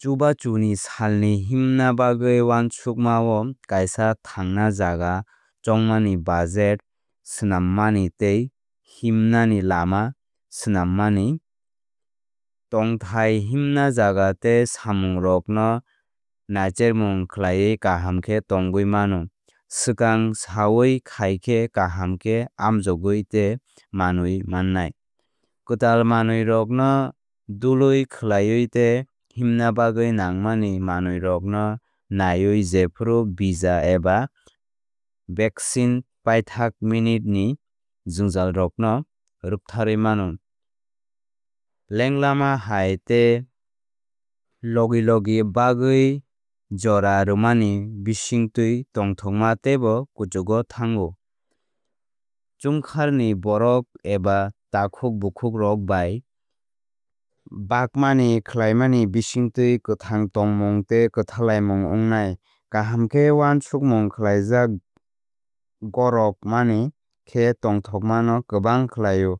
Chubachuni salni himna bagwi uansukmao kaisa thangna jaga chongmani budget swnammani tei himnani lama swnammani. Tongthai himna jaga tei samungrokno naichermung khlaiwi kaham khe tongwi mano. Swkang saoui khai khe kaham khe amjokgui tei manwi mannai. Kwtal manwirokno dolui khlaiwi tei himna bagwi nangmani manwirokno naiwi jephru visa eba vaccine paithakminit ni jwngjalrokno rwktharwi mano. Langlama hai tei spontaneityni bagwi jora rwmani bisingtwi tongthokma teibo kuchugo thango. Chungkharni borok eba takhuk bukhukrok bai bagmani khlaimani bisingtwi kwthang tongmung tei kwthalaimung wngnai. Kaham khe wansukmung khlaijak gorok mani khe tongthokma no kwbang khlaio